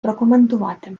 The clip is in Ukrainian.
прокоментувати